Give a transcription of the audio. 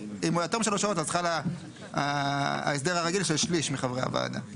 ואם הוא יותר משלוש שעות אז חל ההסדר הרגיל של שליש מחברי הוועדה,